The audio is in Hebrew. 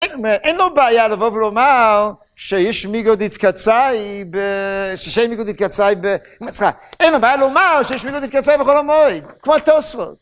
אין לו בעיה לבוא ולאמר שיש מיגו דאתקצאי, שאין מיגו דאיתקצאי סליחה. אין לו בעיה לומר שיש מיגו דאיתקצאי בחול המועד, כמו התוספות.